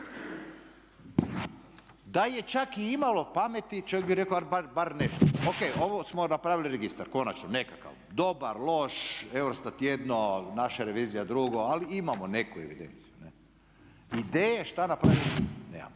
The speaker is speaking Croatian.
Da je čak i imalo pameti čovjek bi rekao ajde bar nešto, o.k. ovo smo napravili registar konačno nekakav, dobar, loš, EUROSTAT jedno, naša revizija drugo, ali imamo neku evidenciju, ne. Ideje šta napraviti nemamo.